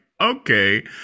okay